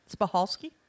Spahalski